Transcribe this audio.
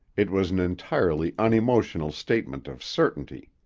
it was an entirely unemotional statement of certainty.